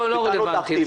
לא רלבנטי.